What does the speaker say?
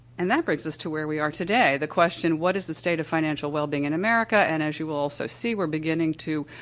and that brings us to where we are today, the question, what is the state of financial wellbeing in america, and as you also so see, we're beginning to,